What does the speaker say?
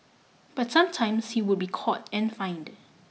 but sometimes he would be caught and fined